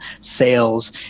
sales